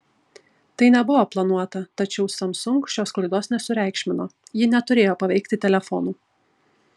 tai nebuvo planuota tačiau samsung šios klaidos nesureikšmino ji neturėjo paveikti telefonų